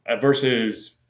versus